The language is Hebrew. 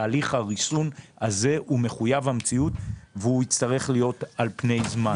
תהליך הריסון הזה הוא מחויב המציאות והוא יצטרך להיות על פני זמן.